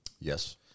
Yes